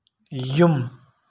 ꯌꯨꯝ